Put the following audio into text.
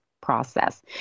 process